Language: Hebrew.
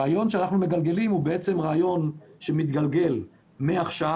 הרעיון שאנחנו מגלגלים הוא רעיון שמתגלגל מעכשיו,